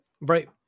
right